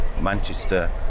Manchester